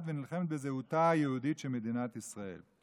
ונלחמת בזהותה היהודית של מדינת ישראל.